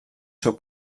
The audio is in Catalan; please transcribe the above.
seu